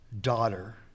daughter